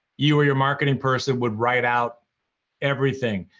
you or your marketing person would write out everything.